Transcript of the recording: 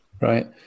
Right